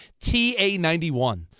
TA91